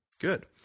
good